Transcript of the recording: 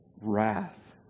wrath